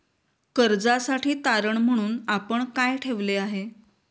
कर्जासाठी तारण म्हणून आपण काय ठेवले आहे?